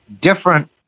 different